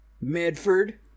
Medford